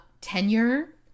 Tenure